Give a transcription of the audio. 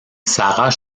sarah